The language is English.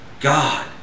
God